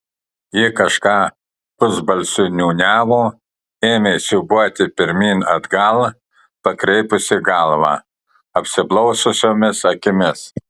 ji kažką pusbalsiu niūniavo ėmė siūbuoti pirmyn atgal pakreipusi galvą apsiblaususiomis akimis